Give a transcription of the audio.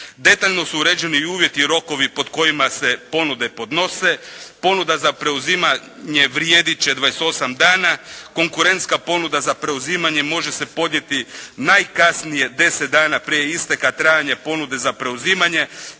Detaljno su uređeni i uvjeti i rokovi pod kojima se ponude podnose. Ponuda za preuzimanje vrijedit će dvadeset i osam dana, konkurentska ponuda za preuzimanje može se podnijeti najkasnije deset dana prije isteka trajanja ponude za preuzimanje